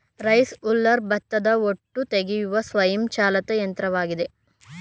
rice huller ಭತ್ತದ ಹೊಟ್ಟು ತೆಗೆಯುವ ಸ್ವಯಂ ಚಾಲಿತ ಯಂತ್ರವಾಗಿದೆ